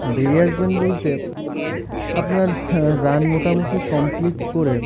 বেরিয়ে আসবেন বলতে আপনার রান মোটামুটি কমপ্লিট করে